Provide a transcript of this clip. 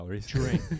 drink